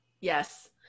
Yes